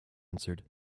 answered